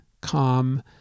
calm